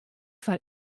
foar